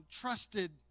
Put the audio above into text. trusted